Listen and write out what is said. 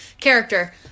character